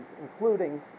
including